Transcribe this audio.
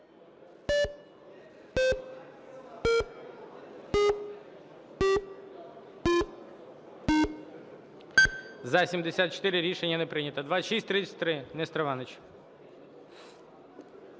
За-74 Рішення не прийнято. 2633, Нестор Іванович.